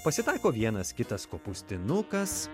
pasitaiko vienas kitas kopūstinukas